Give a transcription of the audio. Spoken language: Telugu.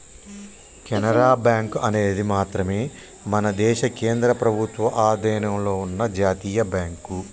కెనరా బ్యాంకు అనేది మాత్రమే మన దేశ కేంద్ర ప్రభుత్వ అధీనంలో ఉన్న జాతీయ బ్యాంక్